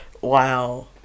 wow